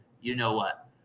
you-know-what